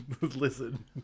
Listen